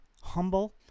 humble